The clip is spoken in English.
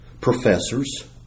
professors